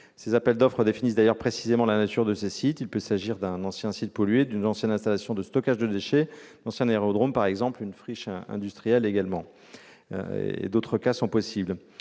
Ces appels d'offres définissent d'ailleurs précisément la nature de ces sites : il peut s'agir d'un ancien site pollué, d'une ancienne installation de stockage de déchets, d'un ancien aérodrome ou d'une friche industrielle. D'autres sites sont également possibles.